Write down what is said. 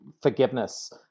forgiveness